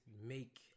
make